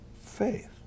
faith